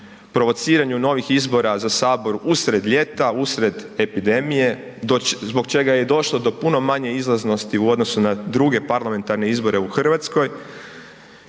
provociranju novih izbora za sabor usred ljeta, usred epidemije, zbog čega je i došlo do puno manje izlaznosti u odnosu na druge parlamentarne izbore u RH